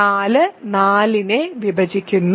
4 4 നെ വിഭജിക്കുന്നു